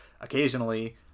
occasionally